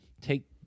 take